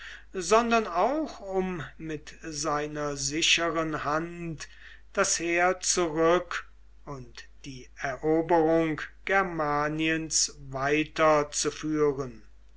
sondern auch um mit seiner sicheren hand das heer zurück und die eroberung germaniens weiter